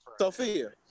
Sophia